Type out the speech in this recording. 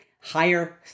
higher